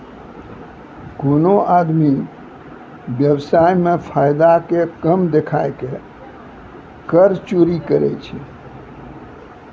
कोनो आदमी व्य्वसाय मे फायदा के कम देखाय के कर चोरी करै छै